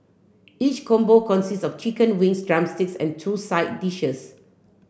each combo consists of chicken wings drumsticks and two side dishes